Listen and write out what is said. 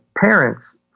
parents